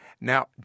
Now